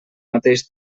mateix